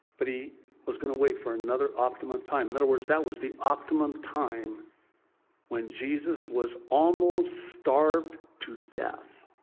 but he was going to wait for another optimum time. in other words, that was the optimum time when jesus was almost starved to death,